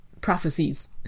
prophecies